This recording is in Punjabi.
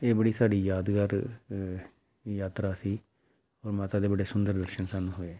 ਅਤੇ ਇਹ ਬੜੀ ਸਾਡੀ ਯਾਦਗਾਰ ਯਾਤਰਾ ਸੀ ਔਰ ਮਾਤਾ ਦੇ ਬੜੇ ਸੁੰਦਰ ਦਰਸ਼ਨ ਸਾਨੂੰ ਹੋਏ